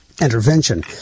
intervention